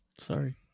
Sorry